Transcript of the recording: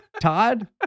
Todd